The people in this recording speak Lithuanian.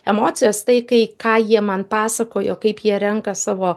emocijas tai kai ką jie man pasakojo kaip jie renka savo